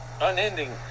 unending